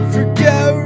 Forget